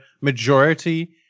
majority